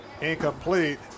Incomplete